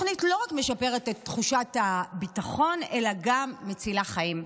התוכנית לא רק משפרת את תחושת הביטחון אלא גם מצילה חיים.